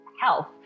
health